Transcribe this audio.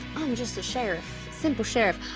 i'm just a sheriff, simple sheriff.